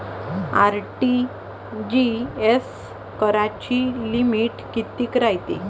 RTGS कराची limit कितीक रायते?